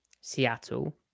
Seattle